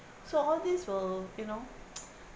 so all these will you know